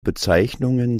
bezeichnungen